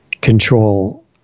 control